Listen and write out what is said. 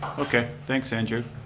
okay, thanks, andrew.